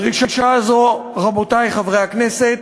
הדרישה הזו, רבותי חברי הכנסת,